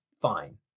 fine